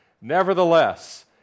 Nevertheless